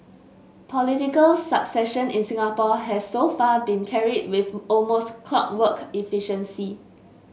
political succession in Singapore has so far been carried with almost clockwork efficiency